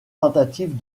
tentatives